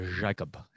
Jacob